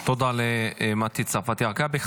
תודה למטי צרפתי הרכבי.